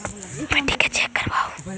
मिट्टीया के चेक करबाबहू?